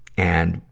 and,